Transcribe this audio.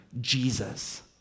Jesus